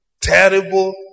Terrible